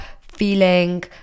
feeling